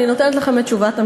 אני נותנת לכם את תשובת המשרד.